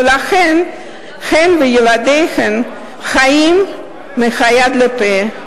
ולכן הן וילדיהן חיים מהיד לפה.